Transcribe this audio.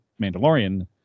Mandalorian